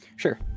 Sure